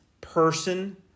person